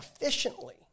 efficiently